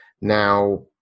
Now